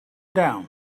down